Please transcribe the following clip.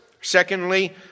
Secondly